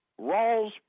Rawls